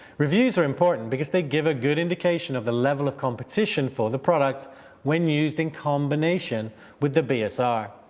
reviews are important because they give a good indication of the level of competition for the product when used in combination with the bsr,